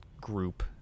group